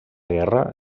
guerra